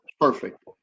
Perfect